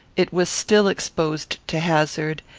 it was still exposed to hazard,